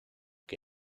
que